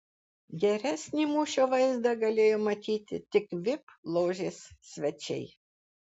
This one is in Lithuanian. geresnį mūšio vaizdą galėjo matyti tik vip ložės svečiai